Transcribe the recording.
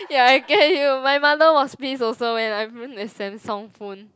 ya I get you my mother was pissed also when I ruined the Samsung phone